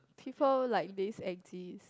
people like this exist